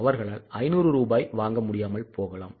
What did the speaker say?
அவர்களால் 500 ரூபாய் வாங்க முடியாமல் போகலாம்